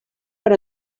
per